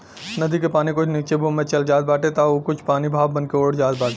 नदी के पानी कुछ नीचे भूमि में चल जात बाटे तअ कुछ पानी भाप बनके उड़ जात बाटे